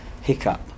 hiccup